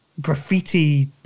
graffiti